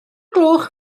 gloch